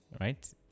right